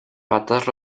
patas